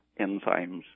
enzymes